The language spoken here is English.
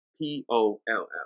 p-o-l-l